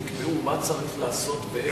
ויקבעו מה צריך לעשות ואיך.